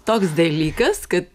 toks dalykas kad